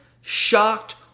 shocked